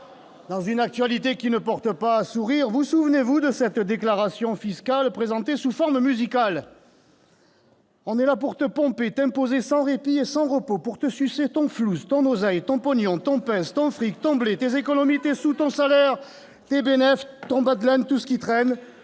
dans une actualité qui ne porte pas à sourire, souvenez-vous de cette déclaration fiscale présentée sous forme musicale :« On est là pour te pomper, « T'imposer sans répit et sans repos. « Pour te sucer ton flouze, « Ton oseille, ton pognon, « Ton pèze, ton fric, « Ton blé, tes économies, tes sous, « Ton salaire, tes bénéfs, « Tes bas de laine, « Tout c'qui traîne.